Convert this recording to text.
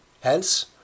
Hence